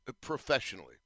professionally